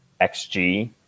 XG